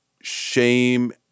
shame